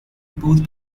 both